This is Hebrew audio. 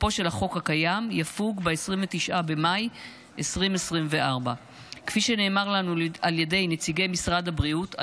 תוקפו של החוק הקיים יפוג ב-29 במאי 2024. כפי שנאמר לנו על ידי נציגי משרד הבריאות,